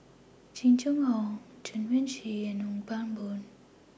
Jing Jun Hong Chen Wen Hsi and Ong Pang Boon